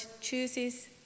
chooses